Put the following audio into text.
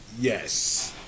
Yes